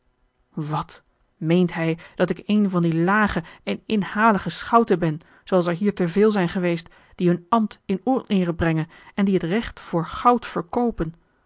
wat meent hij dat ik een van die lage en inhalige schouten ben zooals er hier te veel zijn geweest die hun ambt in oneere brengen en die het recht voor goud verkoopen